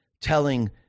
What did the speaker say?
telling